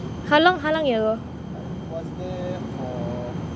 how long how long you go